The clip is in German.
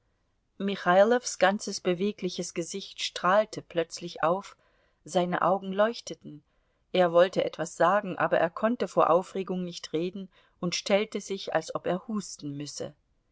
michailows ganzes bewegliches gesicht strahlte plötzlich auf seine augen leuchteten er wollte etwas sagen aber er konnte vor aufregung nicht reden und stellte sich als ob er husten müsse